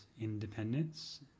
independence